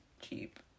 cheap